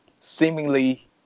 seemingly